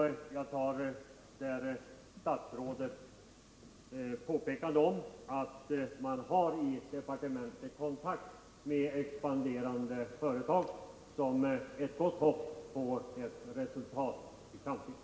Jag betraktar statsrådets påpekande om att man i departementet har kontakt med expanderande företag som hoppingivande för framtiden.